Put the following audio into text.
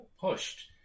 pushed